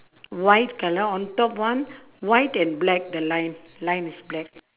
white colour on top one white and black the line line is black